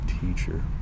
teacher